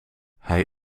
hij